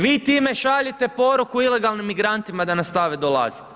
Vi time šaljete poruku ilegalnim migrantima da nastave dolaziti.